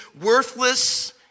worthless